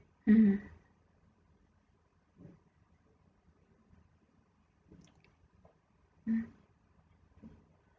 mm mm